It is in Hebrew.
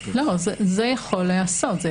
זה יכול להיעשות.